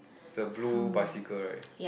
is a blue bicycle right